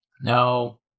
No